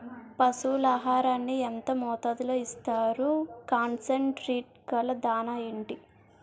పశువుల ఆహారాన్ని యెంత మోతాదులో ఇస్తారు? కాన్సన్ ట్రీట్ గల దాణ ఏంటి?